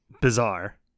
bizarre